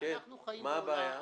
מה הבעיה?